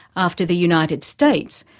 after the united states,